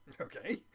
Okay